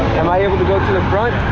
am i able to go to the front?